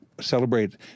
celebrate